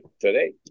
today